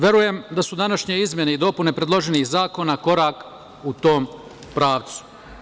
Verujem da su današnje izmene i dopune predloženih zakona korak u tom pravcu.